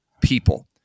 people